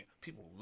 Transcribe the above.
people